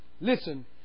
Listen